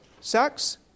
sex